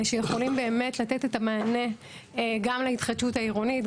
שיכולים באמת לתת את המענה גם להתחדשות העירונית,